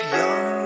young